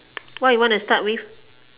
what you wanna start with